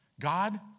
God